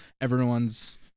everyone's